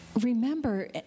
Remember